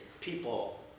people